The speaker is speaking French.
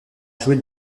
jouer